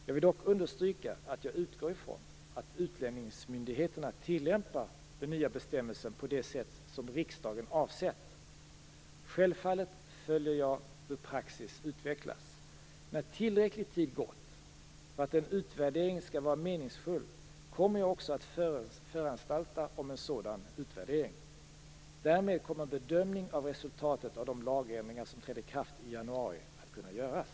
Jag vill dock understryka att jag utgår ifrån att utlänningsmyndigheterna tillämpar den nya bestämmelsen på det sätt som riksdagen avsett. Självfallet följer jag hur praxis utvecklas. När tillräcklig tid gått för att en utvärdering skall vara meningsfull kommer jag också att föranstalta om en sådan utvärdering. Därmed kommer en bedömning av resultatet av de lagändringar som trädde i kraft i januari att kunna göras.